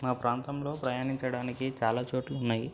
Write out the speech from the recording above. మా ప్రాంతంలో ప్రయాణించడానికి చాలా చోట్లు ఉన్నాయి